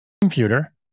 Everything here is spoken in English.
computer